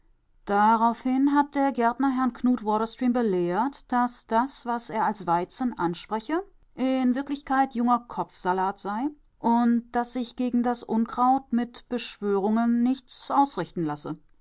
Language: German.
daraufhin hat der gärtner herrn knut waterstream belehrt daß das was er als weizen anspreche in wirklichkeit junger kopfsalat sei und daß sich gegen das unkraut mit beschwörungen nichts ausrichten lasse